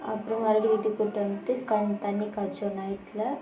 அப்புறம் மறுபடியும் வீட்டுக்கு கூட்டு வந்துட்டு கஞ் கஞ்சி காய்ச்சுவோம் நைட்டில்